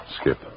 Skip